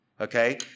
Okay